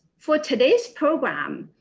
for today's program,